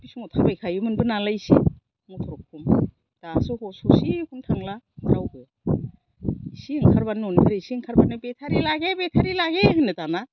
बे समाव थाबायखायोमोनबो एसे मटर खम दासो ह ससेखौनो थांला रावबो एसे ओंखारबानो न'निफ्राय एसे ओंखारबानो बेटारि लागे बेटारि लागे होनो दाना